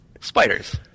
spiders